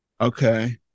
Okay